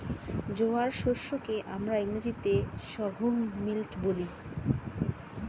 জোয়ার শস্য কে আমরা ইংরেজিতে সর্ঘুম মিলেট বলি